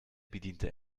bediente